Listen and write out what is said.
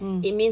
mm